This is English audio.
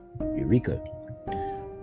Eureka